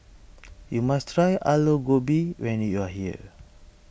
you must try Aloo Gobi when you are here